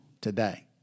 today